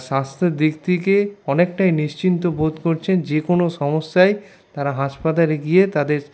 স্বাস্থ্যের দিক থেকে অনেকটাই নিশ্চিন্ত বোধ করছেন যে কোনো সমস্যায় তারা হাসপাতালে গিয়ে তাদের